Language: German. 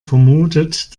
vermutet